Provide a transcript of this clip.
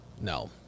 No